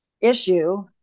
issue